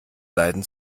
leiden